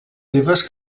seves